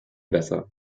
besser